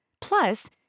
Plus